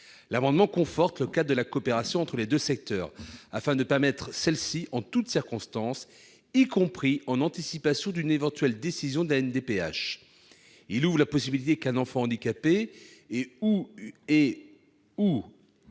L'amendement tend à conforter le cadre de la coopération entre les deux secteurs, afin de permettre celle-ci en toutes circonstances, y compris en anticipation d'une éventuelle décision de la MDPH. Il vise à ouvrir la possibilité qu'un enfant handicapé et/ou l'équipe